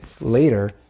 later